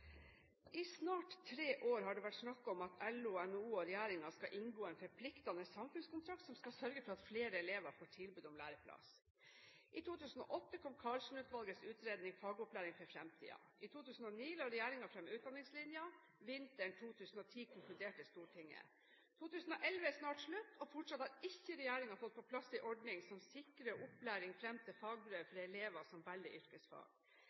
I snart tre år har det vært snakk om at LO, NHO og regjeringen skal inngå en forpliktende samfunnskontrakt som skal sørge for at flere elever får tilbud om læreplass. I 2008 kom Karlsen-utvalgets utredning Fagopplæring for framtida. I 2009 la regjeringen fram Utdanningslinja. Vinteren 2010 konkluderte Stortinget. 2011 er snart slutt, og fortsatt har ikke regjeringen fått på plass en ordning som sikrer opplæring fram til fagbrev for elever som velger yrkesfag.